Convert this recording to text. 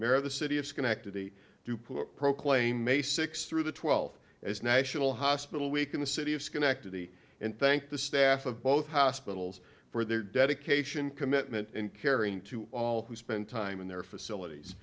of the city of schenectady to put proclaim may sixth through the twelfth as national hospital week in the city of schenectady and thank the staff of both hospitals for their dedication commitment and caring to all who spent time in their facilities